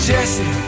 Jesse